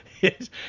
Yes